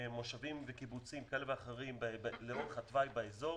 ממושבים וקיבוצים כאלה ואחרים לאורך התוואי באזור.